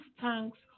thanks